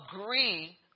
agree